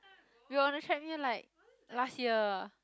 we were on the threadmill like last year